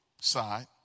side